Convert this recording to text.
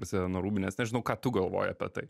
prasideda nuo rūbinės nežinau ką tu galvoji apie tai